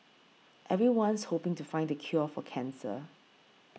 everyone's hoping to find the cure for cancer